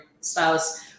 spouse